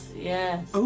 yes